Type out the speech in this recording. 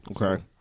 okay